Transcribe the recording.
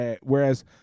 Whereas